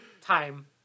time